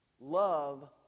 love